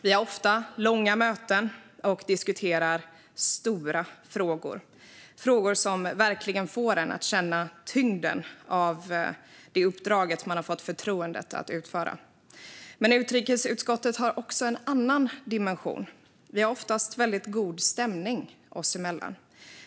Vi har ofta långa möten och diskuterar stora frågor, frågor som verkligen får en att känna tyngden av det uppdrag man fått förtroendet att utföra. Men utrikesutskottet har också en annan dimension. Vi har oftast väldig god stämning oss emellan.